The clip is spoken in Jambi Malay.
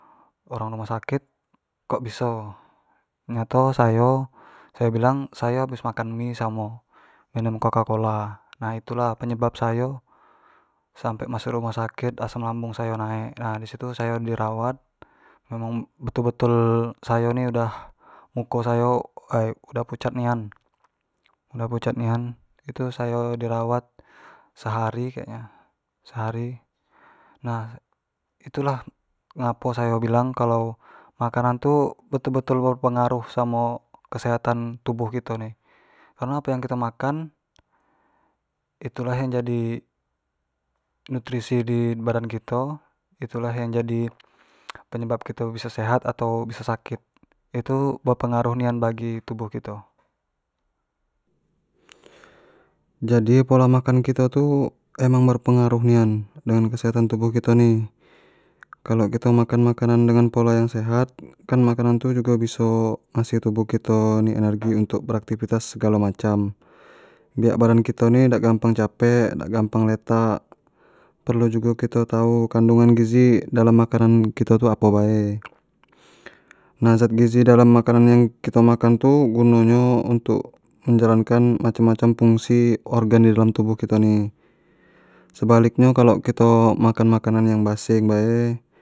Orang rumah sakit kok biso ternyato sayo bilang sayo habis makan mie samo minum coca cola nah itu lah penyebab sayo sampai masuk rumah sakit, asam lambung sayo naek, nah di situ sayo do rawat, memang betul-betul sayo ni udah, nuko sayo udah pucat nian, itu sayo di rawat sehari sehari kek nyo nah itulah ngapo sayo bilang kalau makanan tu betul-betul berpengaruh samo kesehatan tubuh kito ni, kareno apo yang kito makan itu lah yang jadi nutrisi di badan kito, itulah yang menjadi penyebab kito biso sehat atau biso sakit, itu berpengaruh nian bagi tubuh kito jadi pola makan kito emang berpengaruh nian dengan kesehatan tubuh kito ni kalau kito makan makanan dengan pola yang sehat kan makanan tu jugo biso ngasih tubuh kito ni energi untuk beraktivitas segalo macam, biak badan kito ni dak gampang capek, dak gampang letak, perlu jugo kito tau kandungan gizi dalam makanan kito tu apo bae nah zat gizi dalam makanan yang kito makan tu guno nyo untuk menjalan kan macam-macam fungsi organ yang di dalam tubuh kito ni, sebalik nyo kalau kito makan makanan yang basing bae.